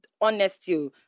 honesty